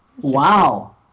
Wow